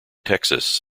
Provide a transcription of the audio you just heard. texas